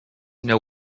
know